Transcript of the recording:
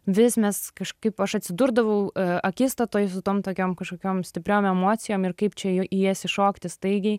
vis mes kažkaip aš atsidurdavau akistatoj su tom tokiom kažkokiom stipriom emocijom ir kaip čia į jas įšokti staigiai